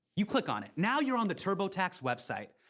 you click on it. now you're on the turbotax website.